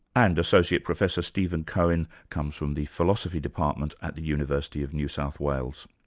and associate professor steven cohen comes from the philosophy department at the university of new south wales.